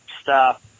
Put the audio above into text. stop